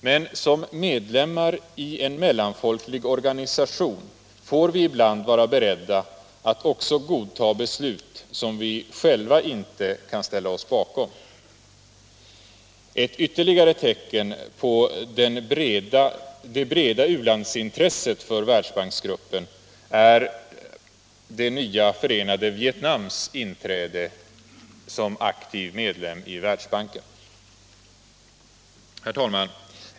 Men som medlemmar i en mellanfolklig organisation får vi ibland vara beredda att också godta beslut som vi själva inte kan ställa oss bakom. Ett ytterligare tecken på det breda u-landsintresset för världsbanksgruppen är det nya förenade Vietnams inträde som aktiv medlem i Världsbanken. Herr talman!